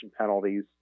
penalties